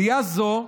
עלייה זו,